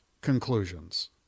conclusions